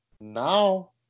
now